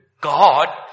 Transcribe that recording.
God